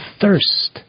thirst